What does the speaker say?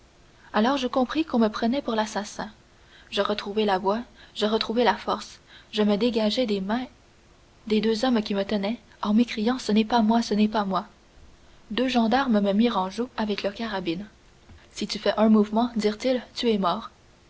alors je compris qu'on me prenait pour l'assassin je retrouvai la voix je retrouvai la force je me dégageai des mains des deux hommes qui me tenaient en m'écriant ce n'est pas moi ce n'est pas moi deux gendarmes me mirent en joue avec leurs carabines si tu fais un mouvement dirent-ils tu es mort